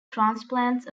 transplants